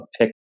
pick